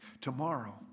Tomorrow